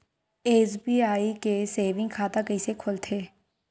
SBI के saving खाता कइसे खोलथे?